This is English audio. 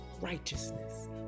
righteousness